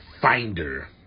finder